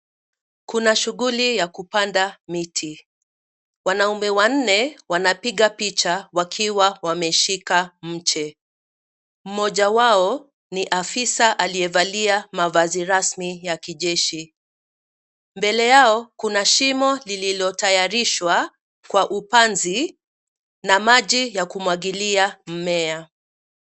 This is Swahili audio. Kuna shuguli ya kupanda miti, wanaume wanne, wanapiga picha, wakiwa wameshika mche. Mmoja wao, ni afisa aliyevalia mavazi rasmi ya kijeshi. Mbele yao kuna shimo lililo tayarishwa, kwa upanzi, na maji ya kumwagilia mmea.